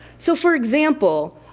so, for example,